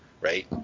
right